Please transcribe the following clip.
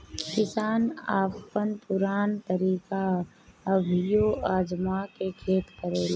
किसान अपन पुरान तरीका अभियो आजमा के खेती करेलें